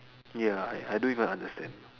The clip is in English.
ya I I don't even understand